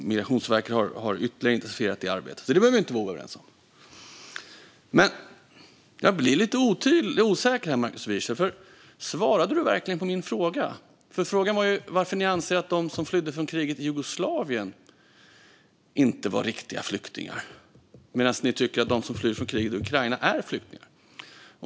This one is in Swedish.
Migrationsverket har dessutom ytterligare intensifierat det arbetet. Det behöver vi inte vara oense om. Men jag blir lite osäker, Markus Wiechel. Svarade du verkligen på min fråga? Frågan var varför ni anser att de som flydde från kriget i Jugoslavien inte var riktiga flyktingar men tycker att de som flyr från kriget i Ukraina är flyktingar.